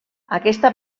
aquesta